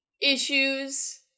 issues